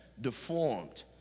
deformed